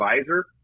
advisor